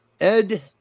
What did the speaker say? Ed